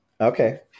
Okay